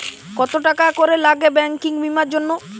কত টাকা করে লাগে ব্যাঙ্কিং বিমার জন্য?